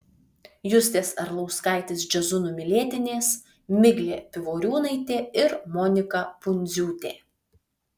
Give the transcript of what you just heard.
justės arlauskaitės jazzu numylėtinės miglė pivoriūnaitė ir monika pundziūtė